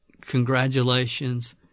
congratulations